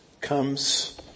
comes